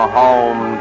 home